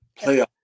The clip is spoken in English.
Playoff